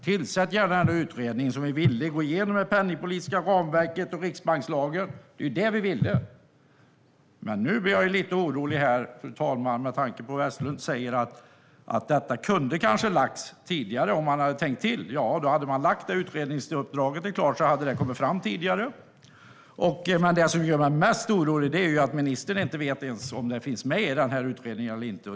Tillsätt gärna en utredning som är villig att gå igenom det penningpolitiska ramverket och riksbankslagen! Det var det vi ville. Men nu blir jag lite orolig, fru talman, med tanke på att Vestlund säger att detta kanske kunde ha lagts fram tidigare om man hade tänkt till. Ja, hade man lagt fram det när utredningsuppdraget var klart hade det kommit fram tidigare. Men det som gör mig mest orolig är att ministern inte ens vet om detta finns med i utredningen eller inte.